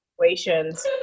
situations